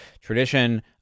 tradition